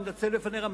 אני מתנצל לפניך,